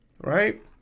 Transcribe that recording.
right